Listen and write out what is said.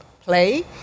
play